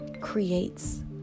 creates